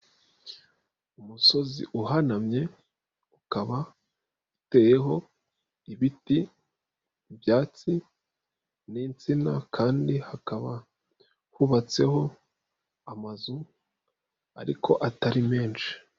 Umusozi uhanamye ukaba uteyeho ibiti, ibyatsi n'insina kandi hakaba hubatseho amazu ariko atari menshi.